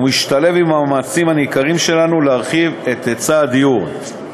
ומשתלב עם המאמצים הניכרים שלנו להרחיב את היצע הדיור.